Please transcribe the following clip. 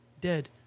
dead